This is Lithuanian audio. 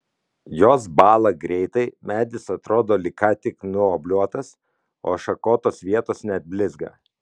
jos bąla greitai medis atrodo lyg ką tik nuobliuotas o šakotos vietos net blizga